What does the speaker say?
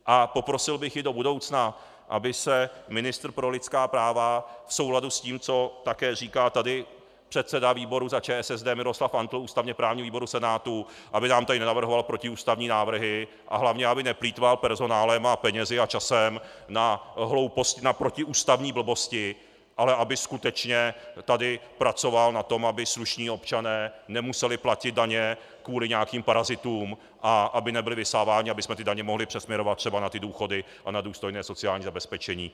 A poprosil bych i do budoucna, aby ministr pro lidská práva, v souladu s tím, co také říká tady předseda výboru za ČSSD Miroslav Antl, ústavněprávního výboru Senátu, aby nám tady nenavrhoval protiústavní návrhy a hlavně aby neplýtval personálem, penězi a časem na hlouposti, na protiústavní blbosti, ale aby skutečně tady pracoval na tom, aby slušní občané nemuseli platit daně kvůli nějakým parazitům a aby nebyli vysáváni, abychom ty daně mohli přesměrovat třeba na ty důchody a na důstojné sociální zabezpečení.